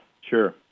Sure